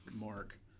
mark